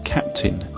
Captain